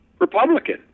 Republican